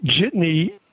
Jitney